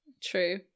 True